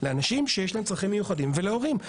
לאנשים שיש להם צרכים מיוחדים ולהורים.